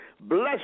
bless